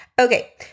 Okay